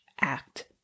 act